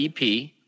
ep